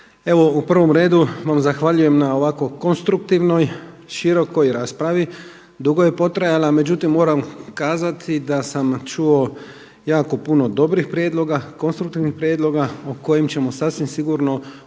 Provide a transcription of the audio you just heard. Evo u prvom redu vam zahvaljujem na ovako konstruktivnoj, širokoj raspravi. Dugo je potrajala, međutim moram kazati da sam čuo jako puno dobrih prijedloga, konstruktivnih prijedloga o kojim ćemo sasvim sigurno u